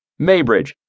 Maybridge